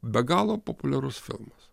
be galo populiarus filmas